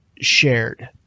shared